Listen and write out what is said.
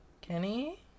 kenny